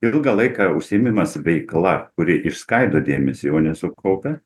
ilgą laiką užsiėmimas veikla kuri išskaido dėmesį o ne sukaupia